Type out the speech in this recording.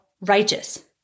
righteous